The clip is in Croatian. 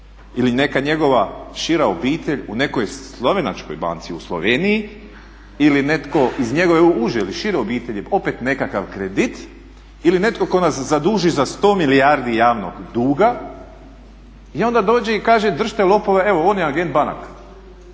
ili neka njegova šira obitelj u nekoj slovenačkoj banci u Sloveniji ili netko iz njegove uže ili šire obitelj opet nekakav kredit ili netko tko nas zaduži za sto milijardi javnog duga i onda dođe i kaže držite lopove, evo on je agent banaka.